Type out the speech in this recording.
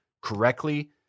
correctly